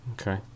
okay